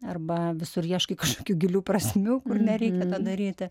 arba visur ieškai kažkokių gilių prasmių kur nereikia to daryti